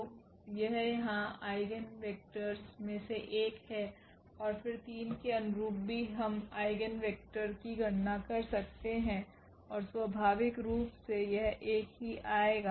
तो यह यहाँ आइगेन वेक्टरस में से एक है और फिर 3 के अनुरूप भी हम आइगेन वेक्टर की गणना कर सकते हैं और स्वाभाविक रूप से यह 1 ही आएगा